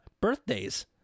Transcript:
Birthdays